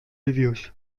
reviews